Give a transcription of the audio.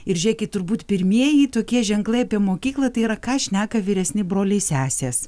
ir žiūrėkit turbūt pirmieji tokie ženklai apie mokyklą tai yra ką šneka vyresni broliai sesės